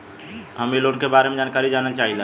हम इ लोन के बारे मे जानकारी जाने चाहीला?